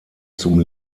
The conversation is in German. zum